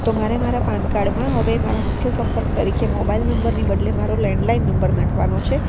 તો મારે મારા પાન કાર્ડમાં હવે મારા મુખ્ય સંપર્ક તરીકે મોબાઈલ નંબરની બદલે મારો લેન્ડલાઇન નંબર નાખવાનો છે